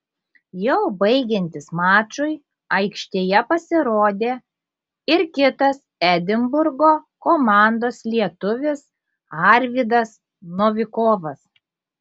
jau baigiantis mačui aikštėje pasirodė ir kitas edinburgo komandos lietuvis arvydas novikovas